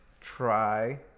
Try